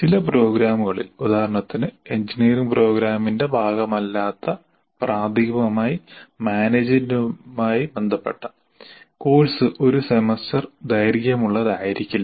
ചില പ്രോഗ്രാമുകളിൽ ഉദാഹരണത്തിന് എഞ്ചിനീയറിംഗ് പ്രോഗ്രാമിന്റെ ഭാഗമല്ലാത്ത പ്രാഥമികമായി മാനേജുമെന്റുമായി ബന്ധപ്പെട്ട കോഴ്സ് ഒരു സെമസ്റ്റർ ദൈർഘ്യമുള്ളതായിരിക്കില്ല